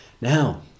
Now